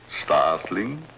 Startling